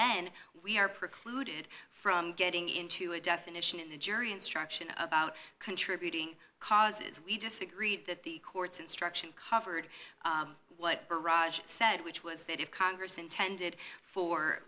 then we are precluded from getting into a definition in the jury instruction of about contributing causes we disagreed that the court's instruction covered what barrage said which was that if congress intended for